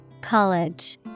College